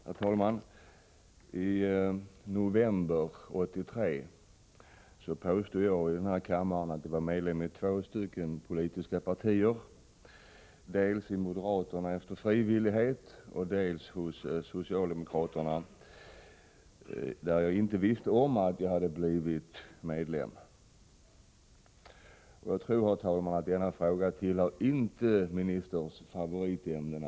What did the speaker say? Herr talman! I november 1983 påstod jag här i kammaren att jag var medlem i två politiska partier — dels, frivilligt, i moderata samlingspartiet, dels i det socialdemokratiska partiet, där jag blivit medlem utan att veta om det. Jag tror, herr talman, att denna fråga inte tillhör ministerns favoritämnen.